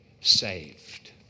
saved